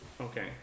Okay